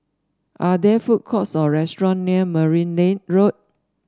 are there food courts or restaurants near Merryn Road